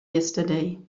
yesterday